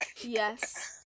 Yes